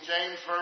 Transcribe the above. James